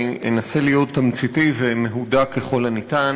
אני אנסה להיות תמציתי ומהודק בדברי ככל האפשר,